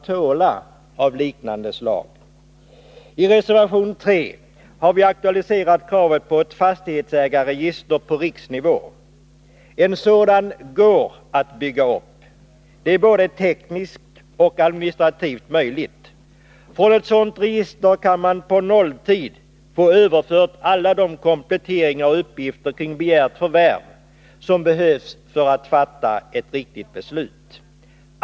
I reservation 3 har vi aktualiserat krav på ett fastighetsägarregister på riksnivå. Ett sådant går att bygga upp. Det är både tekniskt och administrativt möjligt. Från ett sådant register kan man på nolltid få överfört alla de kompletteringar och uppgifter kring begärt förvärv som behövs för ett beslut.